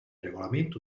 regolamento